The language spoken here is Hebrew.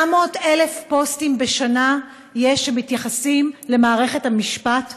900,000 פוסטים בשנה יש, שמתייחסים למערכת המשפט,